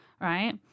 right